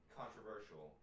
controversial